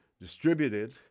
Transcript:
distributed